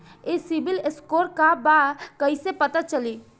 ई civil score का बा कइसे पता चली?